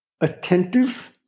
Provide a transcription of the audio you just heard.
attentive